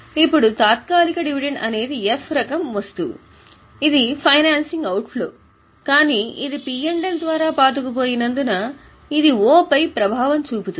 ఇప్పుడు తాత్కాలిక డివిడెండ్ అనేది ఎఫ్ రకం వస్తువు ఇది ఫైనాన్సింగ్ అవుట్ ఫ్లో కానీ ఇది పి ఎల్ ద్వారా పాతుకుపోయినందున ఇది ఓపై ప్రభావం చూపుతుంది